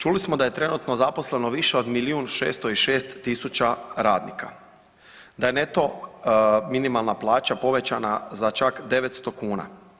Čuli smo da je trenutno zaposleno više od miliju 606 tisuća radnika, da je neto minimalna plaća povećana za 900 kuna.